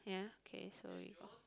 yeah okay so your